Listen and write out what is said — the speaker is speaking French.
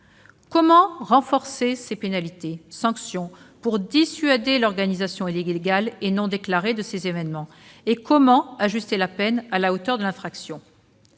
Comment renforcer ces pénalités ou sanctions pour dissuader l'organisation illégale et non déclarée de ces événements et comment ajuster la peine à la hauteur de l'infraction ?